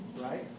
right